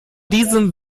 diesem